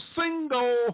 single